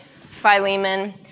Philemon